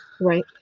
Right